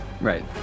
right